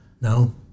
No